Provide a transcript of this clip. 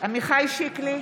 עמיחי שיקלי,